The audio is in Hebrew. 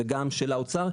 וגם של האוצר,